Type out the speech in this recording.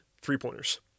three-pointers